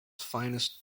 finest